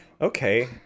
okay